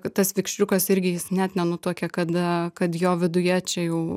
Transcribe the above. kad tas vikšriukas irgi jis net nenutuokia kad kad jo viduje čia jau